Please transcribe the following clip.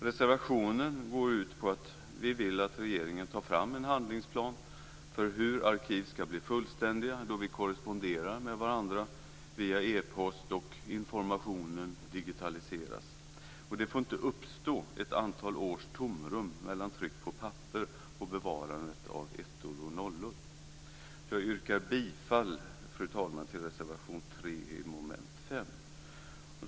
Reservationen går ut på att vi vill att regeringen tar fram en handlingsplan för hur arkiv ska bli fullständiga, då vi korresponderar med varandra via epost och informationen digitaliseras. Det får inte uppstå ett antal års tomrum mellan tryck på papper och bevarandet av ettor och nollor.